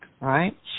right